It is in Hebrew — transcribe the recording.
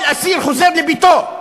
כל אסיר חוזר לביתו.